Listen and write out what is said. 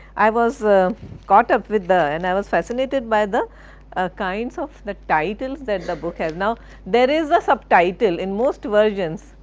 i was caught up with the, and i was fascinated by the ah kinds of the titles that the book has. now there is a subtitle, in most versions,